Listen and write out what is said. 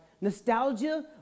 Nostalgia